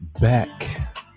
back